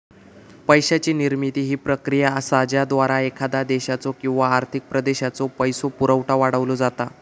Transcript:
पैशाची निर्मिती ही प्रक्रिया असा ज्याद्वारा एखाद्या देशाचो किंवा आर्थिक प्रदेशाचो पैसो पुरवठा वाढवलो जाता